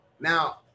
Now